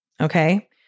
Okay